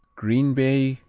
green bay,